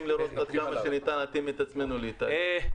לראות עד כמה שניתן להתאים את עצמנו לאיטליה.